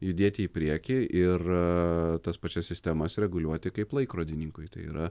judėti į priekį ir tos pačias sistemas reguliuoti kaip laikrodininkui tai yra